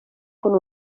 con